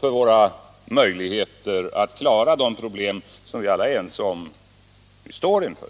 för våra möjligheter att klara de problem som vi alla är ense om att vi står inför?